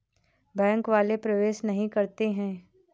Bank वाले प्रवेश नहीं करते हैं?